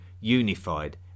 unified